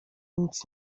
nic